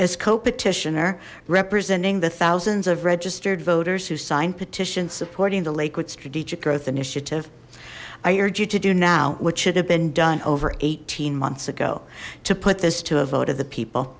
as co petitioner representing the thousands of registered voters who signed petitions supporting the lakewood strategic growth initiative i urge you to do now which should have been done over eighteen months ago to put this to a vote of the people